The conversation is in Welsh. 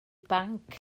banc